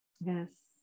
yes